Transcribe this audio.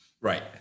right